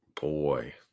Boy